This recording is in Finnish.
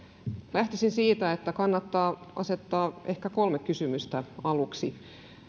lähtisin siitä että kannattaa asettaa ehkä kolme kysymystä aluksi